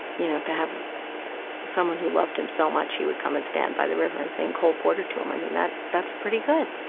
you know, to have someone who loved him so much she would come and stand by the river and sing cole porter to him. i mean, that's pretty good.